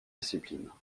disciplines